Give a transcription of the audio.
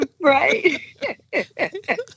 Right